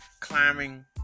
climbing